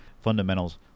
fundamentals